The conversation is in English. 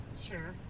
Sure